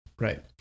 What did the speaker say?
Right